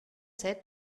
sept